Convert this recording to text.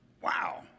Wow